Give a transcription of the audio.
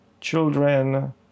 children